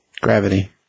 Gravity